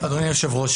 אדוני היושב-ראש,